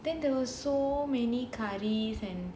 then there was so many curries and